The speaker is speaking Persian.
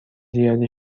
زیاد